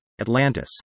Atlantis